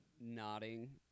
nodding